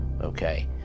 Okay